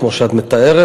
כמו שאת מתארת.